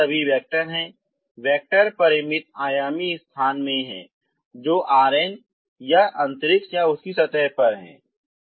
समाधान सभी वैक्टर हैं वैक्टर परिमित आयामी स्थान में हैं जो Rn या तो अंतरिक्ष या सतह है